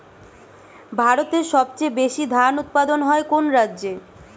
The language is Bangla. ভারতের সবচেয়ে বেশী ধান উৎপাদন হয় কোন রাজ্যে?